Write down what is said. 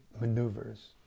maneuvers